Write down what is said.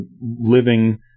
living